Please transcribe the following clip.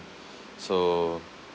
so